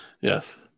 Yes